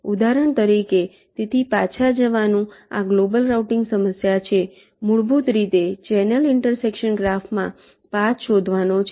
ઉદાહરણ તરીકે તેથી પાછા જવાનું આ ગ્લોબલ રાઉટિંગ સમસ્યા છે મૂળભૂત રીતે ચેનલ ઇન્ટરસેક્શન ગ્રાફમાં પાથ શોધવાનો છે